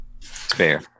Fair